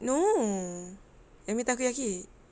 no yummy takoyaki